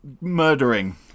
murdering